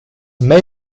may